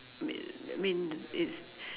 mean mean it's